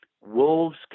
Wolves